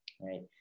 right